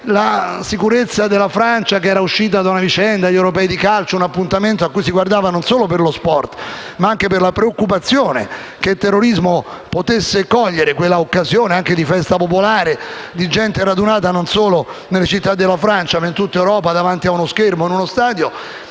sicurezza della Francia, appena uscita dagli Europei di calcio, un appuntamento cui si guardava non solo per lo sport ma anche per la preoccupazione che il terrorismo potesse cogliere quella occasione anche di festa popolare e di gente radunata, non solo nelle città della Francia ma in tutta Europa davanti a uno schermo.